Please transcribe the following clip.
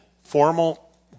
formal